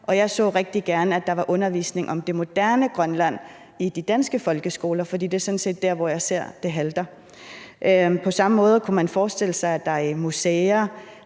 jeg så rigtig gerne, at der var undervisning om det moderne Grønland i de danske folkeskoler, for det er sådan set der, hvor jeg ser det halter. På samme måde kunne man forestille sig, at der på museer